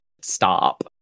stop